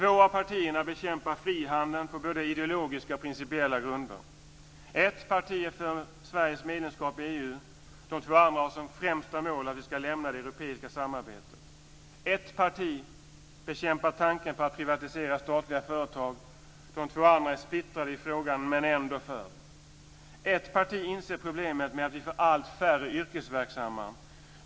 · Två av partierna bekämpar frihandeln på både ideologiska och principiella grunder. · Ett parti är för Sveriges medlemskap i EU. De två andra har som främsta mål att vi ska lämna det europeiska samarbetet. · Ett parti bekämpar tanken på att privatisera statliga företag. De två andra är splittrade i frågan men ändå för. · Ett parti inser problemet med att vi får allt färre yrkesverksamma.